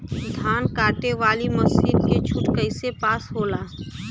धान कांटेवाली मासिन के छूट कईसे पास होला?